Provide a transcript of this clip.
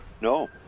No